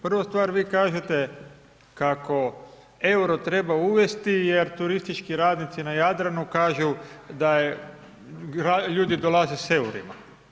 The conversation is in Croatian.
Prva stvar, vi kažete kako euro treba uvesti, jer turistički radnici na Jadranu, kažu da je, ljudi dolaze s eurima.